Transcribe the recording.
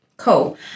Cool